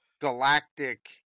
galactic